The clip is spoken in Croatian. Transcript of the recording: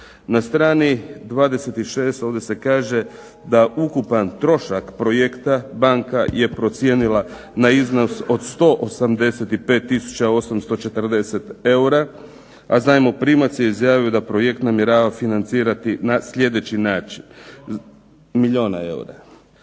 Na strani 26 ovdje se kaže da ukupan trošak projekta banka je procijenila na iznos od 185 tisuća 840 eura, a zajmoprimac je izjavio da projekt namjerava financirati na sljedeći način. Milijuna eura